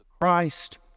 Christ